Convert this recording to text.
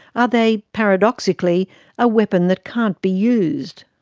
are they paradoxically a weapon that can't be used?